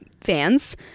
fans